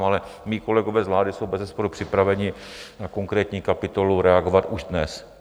Ale mí kolegové z vlády jsou bezesporu připraveni na konkrétní kapitolu reagovat už dnes.